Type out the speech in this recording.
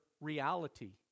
reality